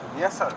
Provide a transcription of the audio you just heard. yes, ah